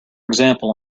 example